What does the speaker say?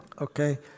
Okay